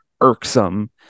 irksome